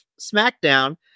Smackdown